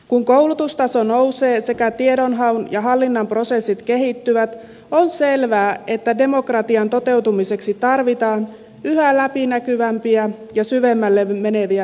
kun koulutustaso nousee sekä tiedonhaun ja hallinnan prosessit kehittyvät on selvää että demokratian toteutumiseksi tarvitaan yhä läpinäkyvämpiä ja syvemmälle meneviä toimintatapoja